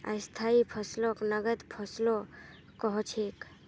स्थाई फसलक नगद फसलो कह छेक